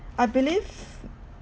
I believe